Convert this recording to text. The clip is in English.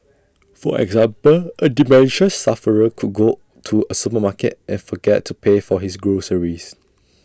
for example A dementia sufferer could go to A supermarket and forget to pay for his groceries